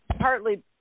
partly